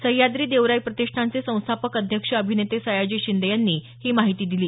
सह्याद्री देवराई प्रतिष्ठानचे संस्थापक अध्यक्ष अभिनेते सयाजी शिंदे यांनी ही माहिती दिली